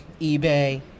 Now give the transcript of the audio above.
ebay